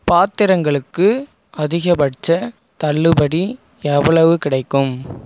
பாத்திரங்களுக்கு அதிகபட்சத் தள்ளுபடி எவ்வளவு கிடைக்கும்